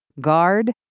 Guard